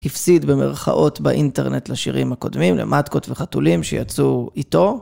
הפסיד במרכאות באינטרנט לשירים הקודמים, למטקות וחתולים שיצאו איתו.